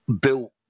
built